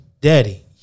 Daddy